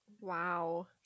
Wow